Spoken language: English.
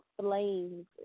flames